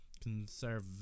conservative